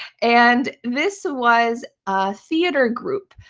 and this was a theater group.